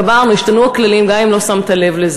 גמרנו, השתנו הכללים, אם לא שמת לב.